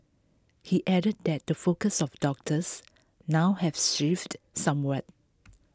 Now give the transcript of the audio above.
he added that the focus of doctors now has shifted somewhat